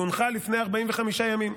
היא הונחה לפני 45 ימים.